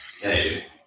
Hey